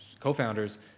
co-founders